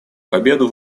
победу